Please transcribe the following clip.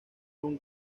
una